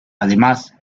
además